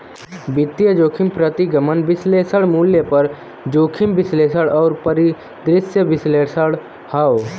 वित्तीय जोखिम प्रतिगमन विश्लेषण, मूल्य पर जोखिम विश्लेषण और परिदृश्य विश्लेषण हौ